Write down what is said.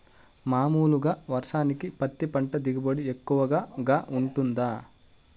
మామూలుగా వర్షానికి పత్తి పంట దిగుబడి ఎక్కువగా గా వుంటుందా?